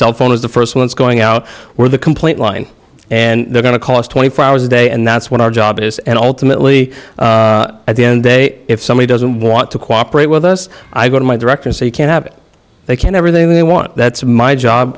cell phone is the first one is going out were the complaint line and they're going to cost twenty four hours a day and that's what our job is and ultimately at the end they if somebody doesn't want to cooperate with us i've got my direction so you can have it they can everything they want that's my job